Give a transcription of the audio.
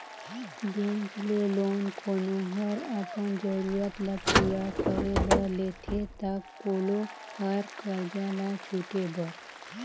bank ले loan कोनो हर अपन जरूरत ल पूरा करे बर लेथे ता कोलो हर करजा ल छुटे बर